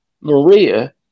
Maria